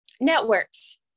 networks